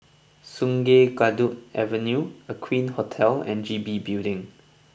Sungei Kadut Avenue Aqueen Hotel and G B Building